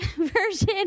version